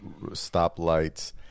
stoplights